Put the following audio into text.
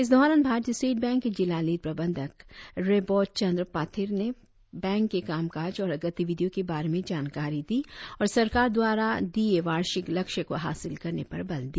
इस दौरान भारतीय स्टेट बैंक के जिला लिड प्रबंधक रेबॉत चन्द्र पातिर ने बैंक के कामकाज और गतिविधियों के बारे में जानकारी दी और सरकार द्वारा दिए वार्षिक लक्ष्य को हासिल करने पर बल दिया